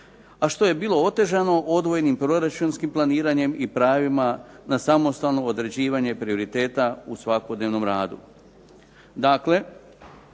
A što je bilo otežano odvojenim proračunskim planiranjem i pravima na samostalno određivanje prioriteta u svakodnevnom radu.